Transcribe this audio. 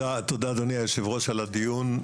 תודה, אדוני היושב ראש על הדיון.